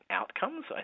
outcomes